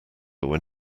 when